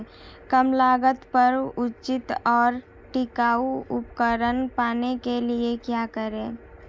कम लागत पर उचित और टिकाऊ उपकरण पाने के लिए क्या करें?